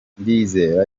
ndizera